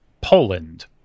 Poland